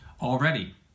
already